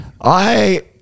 I-